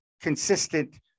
consistent